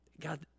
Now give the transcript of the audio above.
God